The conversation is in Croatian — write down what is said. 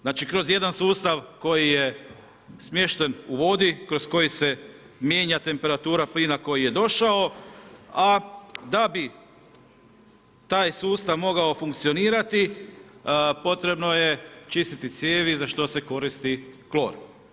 Znači kroz jedan sustav, koji je smješten u vodi, kroz koji se mijenja temperatura plina, koji je došao, a da bi taj sustav mogao funkcionirati, potrebno je čistiti cijevi za što se koristi klor.